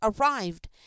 arrived